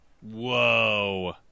Whoa